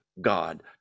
God